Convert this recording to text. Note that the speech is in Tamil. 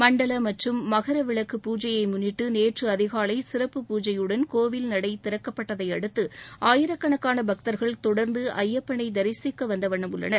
மண்டல மற்றும் மகரவிளக்கு பூஜையை முன்னிட்டு நேற்று அதிகாலை சிறப்பு பூஜையுடன் கோவில் நடை திறக்கப்பட்டதையடுத்து ஆயிரக்கணக்கான பக்தர்கள் தொடர்ந்து ஐயப்பனை தரிசிக்க வந்தவண்ணம் உள்ளனர்